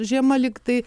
žiema lyg tai